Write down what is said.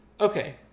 Okay